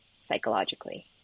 psychologically